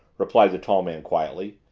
replied the tall man quietly,